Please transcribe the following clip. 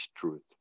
truth